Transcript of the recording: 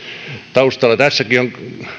taustalla tässäkin on